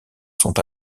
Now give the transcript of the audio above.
sont